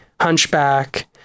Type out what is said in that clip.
Hunchback